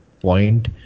point